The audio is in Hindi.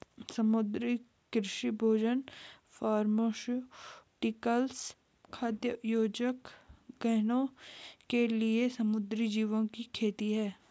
समुद्री कृषि भोजन फार्मास्यूटिकल्स, खाद्य योजक, गहने के लिए समुद्री जीवों की खेती है